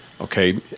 okay